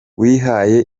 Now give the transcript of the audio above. wihaye